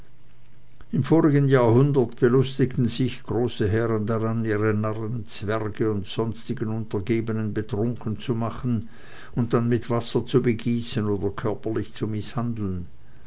im vorigen jahrhundert belustigten sich große herren daran ihre narren zwerge und sonstigen untergebenen betrunken zu machen und dann mit wasser zu begießen oder körperlich zu mißhandeln